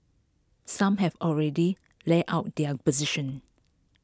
some have already laid out their position